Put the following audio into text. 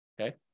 Okay